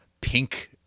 pink